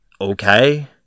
okay